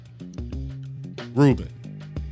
Ruben